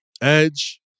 Edge